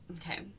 Okay